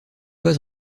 pas